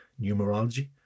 numerology